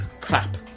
crap